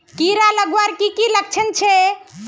कीड़ा लगवार की की लक्षण छे?